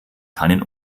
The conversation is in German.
keinen